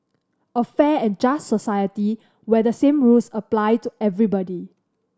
a fair and just society where the same rules apply to everybody